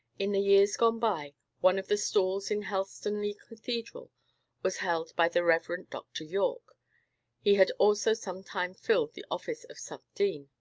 in the years gone by, one of the stalls in helstonleigh cathedral was held by the reverend dr. yorke he had also some time filled the office of sub-dean.